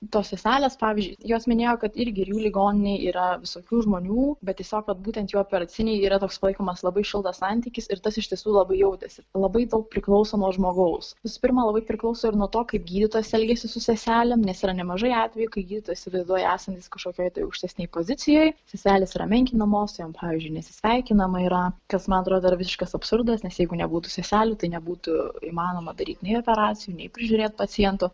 tos seselės pavyzdžiui jos minėjo kad irgi ir jų ligoninėj yra visokių žmonių bet tiesiog vat būtent jų operacinėj yra toks palaikomas labai šiltas santykis ir tas iš tiesų labai jautėsi labai daug priklauso nuo žmogaus visų pirma labai priklauso ir nuo to kaip gydytojas elgiasi su seselėm nes yra nemažai atvejų kai gydytojas įsivaizduoja esantis kažkokioj tai aukštesnėj pozicijoj seselės yra menkinamos su jom pavyzdžiui nesisveikinama yra kas man atrodo visiškas absurdas nes jeigu nebūtų seselių tai nebūtų įmanoma daryt nei operacijų nei prižiūrėt pacientų